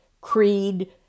creed